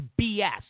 BS